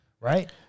right